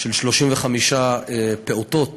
35 פעוטות